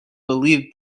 believe